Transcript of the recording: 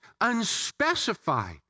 unspecified